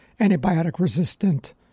antibiotic-resistant